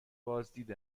بازدید